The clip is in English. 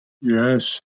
yes